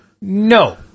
No